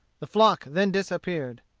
the flock then disappeared.